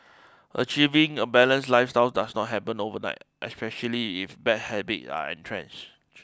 achieving a balanced lifestyle does not happen overnight especially if bad habits are entrenched